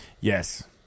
Yes